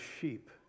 sheep